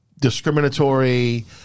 discriminatory